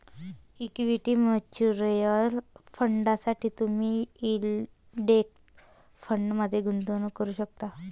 equity mutual फंडांसाठी तुम्ही index फंडमध्ये गुंतवणूक करू शकता